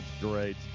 great